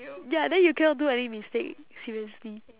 ya then you cannot do any mistake seriously